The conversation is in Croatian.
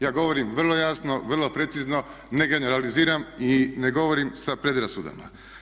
Ja govorim vrlo jasno, vrlo precizno, ne generaliziram i ne govorim sa predrasudama.